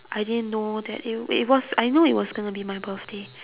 I didn't know that it it was I know it was going to be my birthday